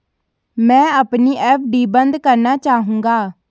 मैं अपनी एफ.डी बंद करना चाहूंगा